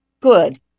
Good